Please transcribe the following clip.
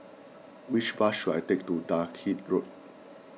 which bus should I take to Dalkeith Road